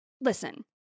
Listen